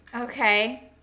Okay